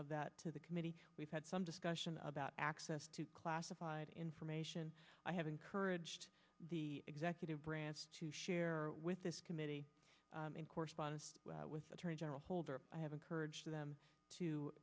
of that to the committee we've had some discussion about access to classified information i have encouraged the executive branch to share with this committee in correspondence with attorney general holder i have encouraged them to